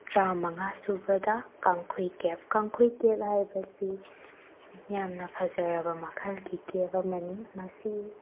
ꯇꯔꯥ ꯃꯉꯥ ꯁꯨꯕꯗ ꯀꯥꯡꯈꯨꯏ ꯀꯦꯐ ꯀꯥꯡꯈꯨꯏ ꯀꯦꯐ ꯍꯥꯏꯕꯁꯤ ꯌꯥꯝꯅ ꯐꯖꯔꯕ ꯃꯈꯜꯒꯤ ꯀꯦꯐ ꯑꯃꯅꯤ ꯃꯁꯤ